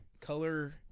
Color